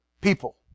people